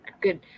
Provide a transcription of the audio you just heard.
good